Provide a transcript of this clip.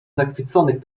zachwyconych